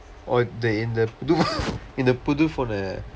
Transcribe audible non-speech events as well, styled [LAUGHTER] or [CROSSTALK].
oh they in the do [COUGHS] இந்த புது:indtha puthu phone eh